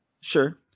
Sure